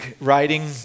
writing